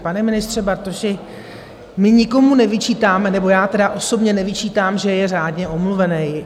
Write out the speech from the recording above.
Pane ministře Bartoši, my nikomu nevyčítáme nebo já tedy osobně nevyčítám že je řádně omluvený.